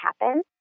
happen